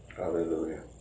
Hallelujah